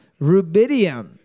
rubidium